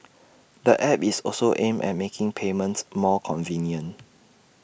the app is also aimed at making payments more convenient